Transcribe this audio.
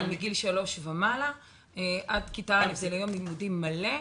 מגיל שלוש ומעלה; עד כיתה א' זה ליום לימודים מלא.